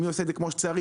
מי עושה את זה כמו שצריך,